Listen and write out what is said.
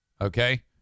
Okay